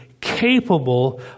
capable